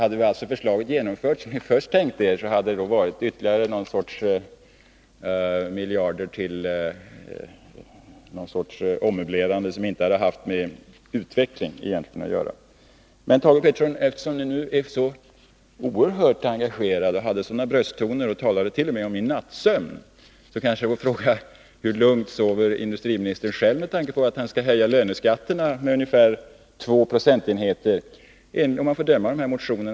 Hade det förslag genomförts som ni först tänkte er, skulle det ha inneburit ytterligare några miljarder till någon sorts ommöblerande som egentligen inte hade haft med utveckling att göra. Men Thage Peterson, eftersom ni nu är så oerhört engagerade och eftersom ni tagit till sådana brösttoner — det har ju t.o.m. talats om min nattsömn — kanske jag får fråga: Hur lugnt sover industriministern själv med tanke på höjningen av löneskatterna med ungefär 2 procentenheter — att döma av tidigare motioner?